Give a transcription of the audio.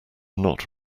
not